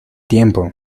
tiempo